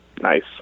nice